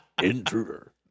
Intruder